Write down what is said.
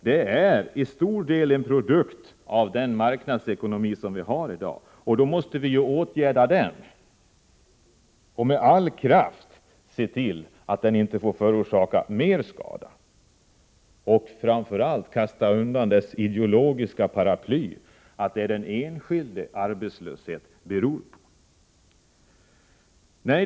Den är till stor del beroende av den arbetsmarknadsekonomi som vi har i dag, och därför måste vi åtgärda den och med all kraft se till att den inte förorsakar mer skada. Framför allt måste vi kasta undan dess idiologiska paraply, att det är den enskilde arbetslösheten beror på.